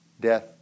death